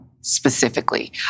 specifically